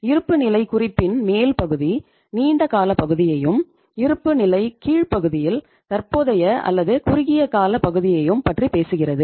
இருப்புநிலைக் குறிப்பின் மேல் பகுதி நீண்ட கால பகுதியையும் இருப்புநிலைக் கீழ் பகுதியில் தற்போதைய அல்லது குறுகிய கால பகுதியையும் பற்றி பேசுகிறது